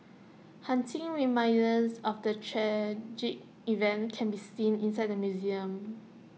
haunting reminders of the tragic event can be seen inside museum